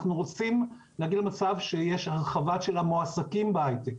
אנחנו רוצים להגיע למצב שיש הרחבה של המועסקים בהייטק,